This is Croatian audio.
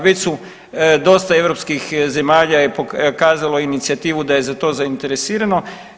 Već su, dosta europskih zemalja je pokazalo inicijativu da je za to zainteresirano.